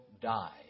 die